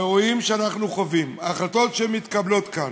האירועים שאנחנו חווים, ההחלטות שמתקבלות כאן,